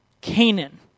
Canaan